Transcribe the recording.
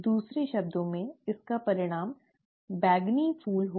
दूसरे शब्दों में इसका परिणाम बैंगनी फूलों होगा